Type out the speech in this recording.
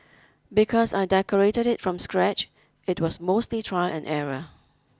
because I decorated it from scratch it was mostly trial and error